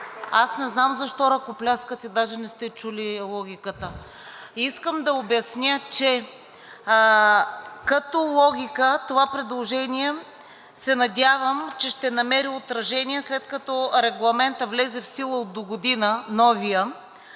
Аз не знам защо ръкопляскате, даже не сте чули логиката. Искам да обясня, че като логика това предложение се надявам, че ще намери отражение, след като новият регламент влезе в сила от догодина,